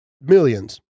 Millions